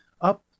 up